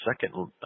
second